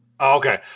okay